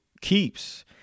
keeps